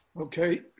Okay